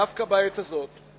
דווקא בעת הזאת.